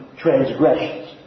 transgressions